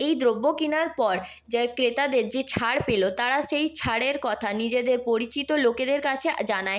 এই দ্রব্য কেনার পর যে ক্রেতাদের যে ছাড় পেল তারা সেই ছাড়ের কথা নিজেদের পরিচিত লোকেদের কাছে জানায়